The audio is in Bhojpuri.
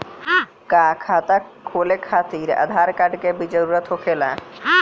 का खाता खोले खातिर आधार कार्ड के भी जरूरत होखेला?